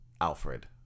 Alfred